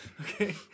Okay